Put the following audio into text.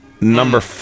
Number